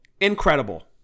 incredible